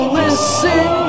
listen